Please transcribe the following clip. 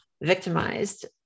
victimized